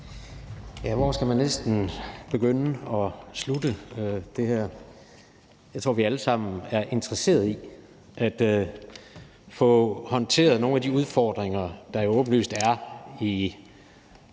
Hvor skal man næsten begynde og slutte det her? Jeg tror, vi alle sammen er interesserede i at få håndteret nogle af de udfordringer, der jo åbenlyst er i